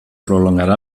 prolongará